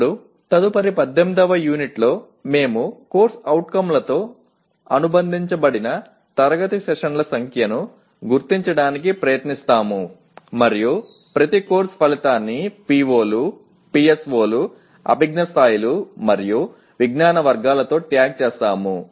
ఇప్పుడు తదుపరి 18వ యూనిట్ లో మేము COలతో అనుబంధించబడిన తరగతి సెషన్ల సంఖ్యను గుర్తించడానికి ప్రయత్నిస్తాము మరియు ప్రతి కోర్సు ఫలితాన్ని POలు PSOలు అభిజ్ఞా స్థాయిలు మరియు విజ్ఞాన వర్గాలతో ట్యాగ్ చేస్తాము